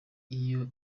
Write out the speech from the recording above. iyo